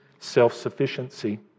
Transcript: self-sufficiency